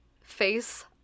Face